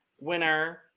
winner